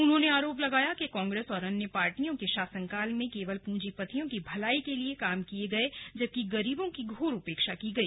उन्होंने आरोप लगाया कि कांग्रेस और अन्य पार्टियों के शासनकाल में केवल पूजीपतियों की भलाई के काम किए गए जबकि गरीबों की घोर उपेक्षा की गई